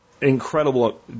incredible